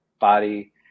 body